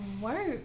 work